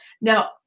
Now